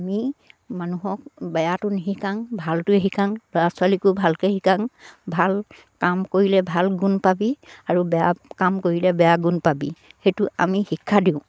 আমি মানুহক বেয়াটো নিশিকাং ভালটোৱে শিকাং ল'ৰা ছোৱালীকো ভালকে শিকাং ভাল কাম কৰিলে ভাল গুণ পাবি আৰু বেয়া কাম কৰিলে বেয়া গুণ পাবি সেইটো আমি শিক্ষা দিওঁ